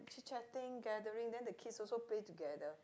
chit chatting gathering then the kids also play together